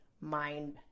mind